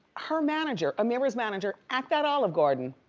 her manager, amirah's manager at that olive garden,